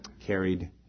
Carried